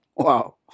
Wow